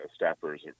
staffers